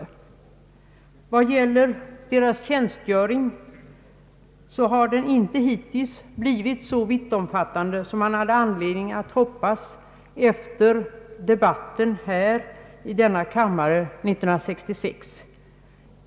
Vad gäller deras tjänstgöring har den inte hittills blivit så vittomfattande som man hade anledning hoppas efter debatten i denna kammare 1966.